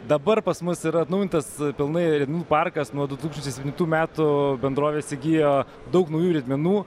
dabar pas mus yra atnaujintas pilnai riedmenų parkas nuo du tūkstančiai septintų metų bendrovė įsigijo daug naujų riedmenų